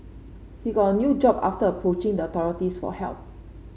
he got a new job after approaching the authorities for help